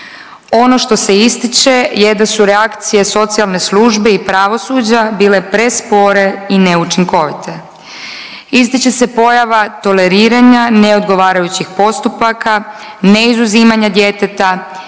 Ono što se ističe je da su reakcije socijalne službe i pravosuđa bile prespore i neučinkovite. Ističe se pojava toleriranja neodgovarajućih postupaka, neizuzimanja djeteta,